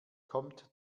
kommt